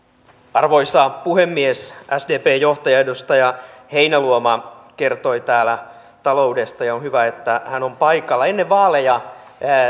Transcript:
arvoisa puhemies sdpn johtaja edustaja heinäluoma kertoi täällä taloudesta ja on hyvä että hän on paikalla ennen vaaleja